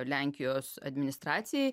lenkijos administracijai